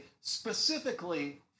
specifically